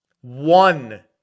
One